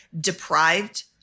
deprived